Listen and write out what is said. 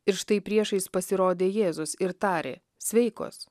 ir štai priešais pasirodė jėzus ir tarė sveikos